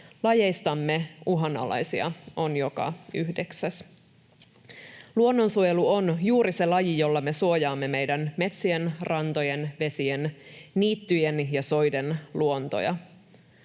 Lajeistamme uhanalaisia on joka yhdeksäs. Luonnonsuojelu on juuri se laji, jolla me suojaamme meidän metsien, rantojen, vesien, niittyjen ja soiden luontoja.